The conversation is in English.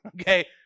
okay